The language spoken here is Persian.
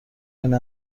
این